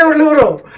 um and lot of